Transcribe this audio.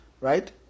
Right